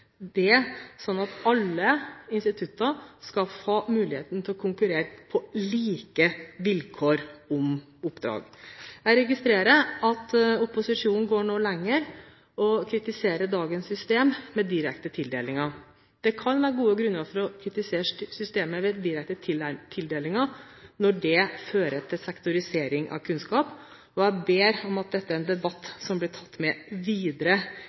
Det sånn at alle institutter skal få muligheten til å konkurrere om oppdrag på like vilkår. Jeg registrerer at opposisjonen går noe lenger, og kritiserer dagens system med direkte tildelinger. Det kan være gode grunner for å kritisere systemet med direkte tildelinger når det fører til sektorisering av kunnskap, og jeg ber om at dette er en debatt som blir tatt med videre